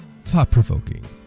Thought-provoking